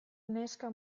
neska